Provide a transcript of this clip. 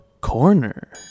Corner